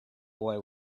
boy